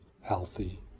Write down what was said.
healthy